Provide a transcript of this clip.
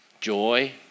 joy